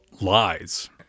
lies